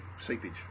seepage